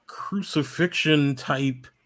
crucifixion-type